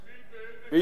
ויסלחו לי: